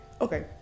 Okay